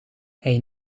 hij